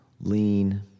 lean